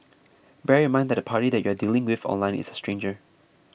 bear in mind that the party that you are dealing with online is a stranger